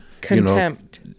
Contempt